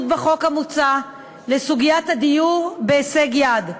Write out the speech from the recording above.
בחוק המוצע לסוגיית הדיור בהישג יד.